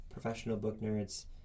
ProfessionalBookNerds